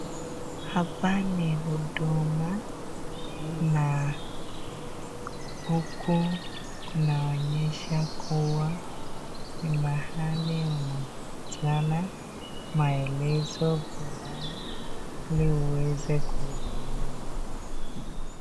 Haoa ni huduma na huku kuna onyesha kua ni mahali wanapatiana maelezo fulani ili uweze kuhudumiwa.